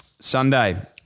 Sunday